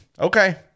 Okay